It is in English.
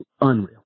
unreal